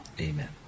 amen